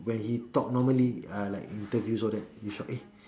when he talk normally ah like in interviews all that you shock eh